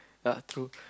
ya true